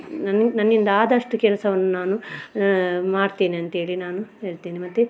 ನನ್ನ ನನ್ನಿಂದಾದಷ್ಟು ಕೆಲ್ಸವನ್ನು ನಾನು ಮಾಡ್ತೇನಂತ್ಹೇಳಿ ನಾನು ಹೇಳ್ತೇನೆ ಮತ್ತು